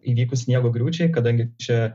įvykus sniego griūčiai kadangi čia